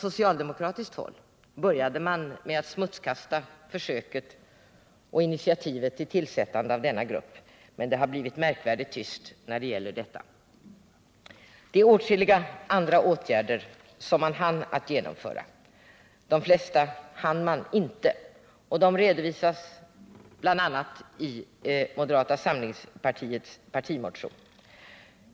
Socialdemokraterna började med att smutskasta försöket och initiativet till tillsättandet av denna grupp, men det har blivit märkvärdigt tyst när det gäller detta. Det finns åtskilliga andra åtgärder som trepartiregeringen hann genomföra. De redovisas bl.a. i moderata samlingspartiets partimotion.